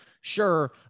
sure